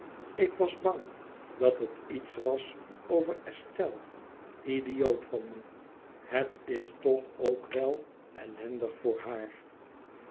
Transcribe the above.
ik was bang dat het iets was over estelle idioot van me het is toch ook wel ellendig voor haar